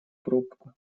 пробку